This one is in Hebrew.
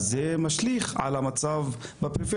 אז זה משליך על המצב בפריפריה.